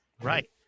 Right